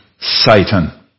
Satan